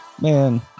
Man